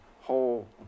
whole